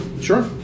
Sure